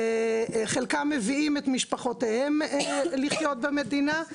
חלקם מביאים את המשפחות שלהם לחיות במדינה.